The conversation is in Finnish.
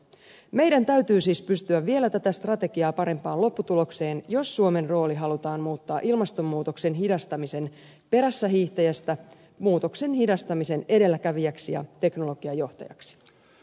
meidän täytyy siis pystyä vielä tätä strategiaa parempaan lopputulokseen jos suomen rooli halutaan muuttaa ilmastonmuutoksen hidastamisen perässähiihtäjästä muutoksen hidastamisen edelläkävijäksi ja teknologiajohtajaksi